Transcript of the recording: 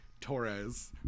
Torres